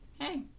Hey